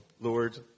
Lord